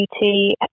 beauty